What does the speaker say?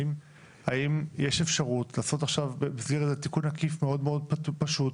האם יש אפשרות לעשות עכשיו במסגרת התיקון עקיף מאוד פשוט